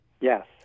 Yes